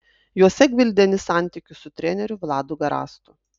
juose gvildeni santykius su treneriu vladu garastu